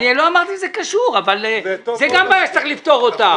לא אמרתי שזה קשור אבל זאת גם בעיה שצריך לפתור אותה.